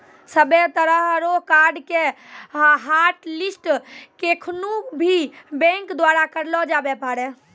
सभ्भे तरह रो कार्ड के हाटलिस्ट केखनू भी बैंक द्वारा करलो जाबै पारै